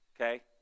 okay